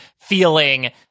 feeling